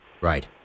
right